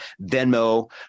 Venmo